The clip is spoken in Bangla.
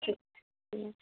ঠিক হুম